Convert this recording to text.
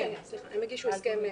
כן כן, הם הגישו הסכם.